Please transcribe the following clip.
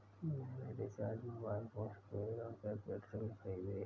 मैंने recharge mobile postpaid और prepaid SIM खरीदे